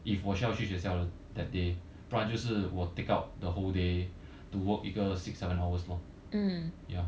if 我需要去学校 that day 不然就是我 take out the whole day to work 一个 six seven hours lor ya